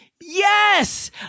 Yes